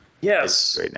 Yes